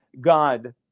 God